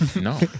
No